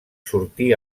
sortí